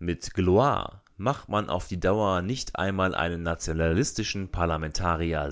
mit gloire macht man auf die dauer nicht einmal einen nationalistischen parlamentarier